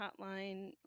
Hotline